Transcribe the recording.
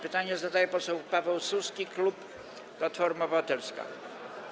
Pytanie zadaje poseł Paweł Suski, klub Platforma Obywatelska.